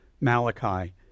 Malachi